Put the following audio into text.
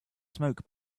smoke